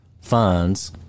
funds